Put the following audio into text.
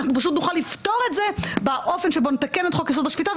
אנחנו פשוט נוכל לפתור את זה באופן שבו נתקן את חוק-יסוד: השפיטה,